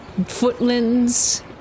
Footlands